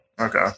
Okay